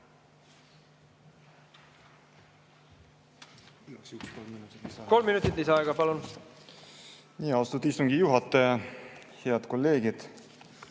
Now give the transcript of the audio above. Kolm minutit lisaaega, palun! Austatud istungi juhataja! Head kolleegid!